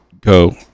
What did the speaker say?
go